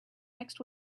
next